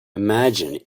imagine